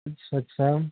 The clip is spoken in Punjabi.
ਅੱਛਾ ਅੱਛਾ